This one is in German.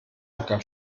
gab